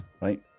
Right